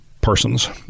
persons